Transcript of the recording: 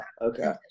okay